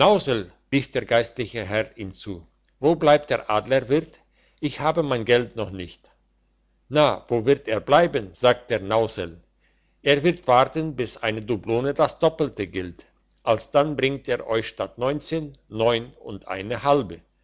der geistliche herr ihm zu wo bleibt der adlerwirt ich habe mein geld noch nicht na wo wird er bleiben sagte der nausel er wird warten bis eine dublone das doppelte gilt alsdann bringt er euch statt neunzehn neun und eine halbe